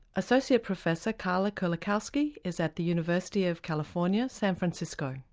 associate professor karla kerlikowske is at the university of california, san francisco.